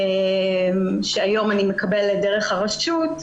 שהיום אני מקבלת דרך הרשות,